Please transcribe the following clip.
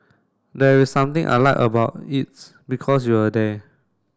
there is something I like about it's because you're there